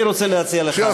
אני רוצה להציע לך.